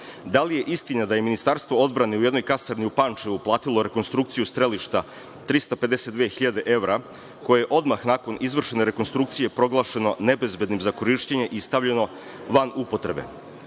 da li je istina da Ministarstvo odbrane u jednoj kasarni u Pančevu platilo rekonstrukciju strelišta 352 hiljade evra, koje je odmah nakon izvršene rekonstrukcije proglašeno nebezbednim za korišćenje i stavljeno van upotrebe? Naime,